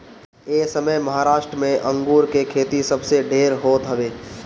एसमय महाराष्ट्र में अंगूर के खेती सबसे ढेर होत हवे